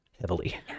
heavily